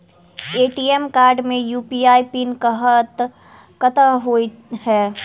ATM card मे UPI PIN कतह होइ है?